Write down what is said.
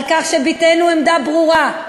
על כך שביטאנו עמדה ברורה,